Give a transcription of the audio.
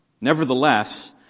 Nevertheless